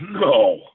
No